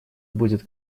будет